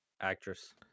Actress